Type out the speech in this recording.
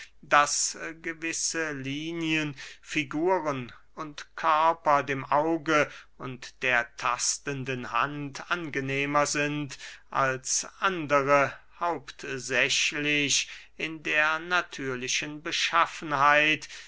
daß gewisse linien figuren und körper dem auge und der tastenden hand angenehmer sind als andere hauptsächlich in der natürlichen beschaffenheit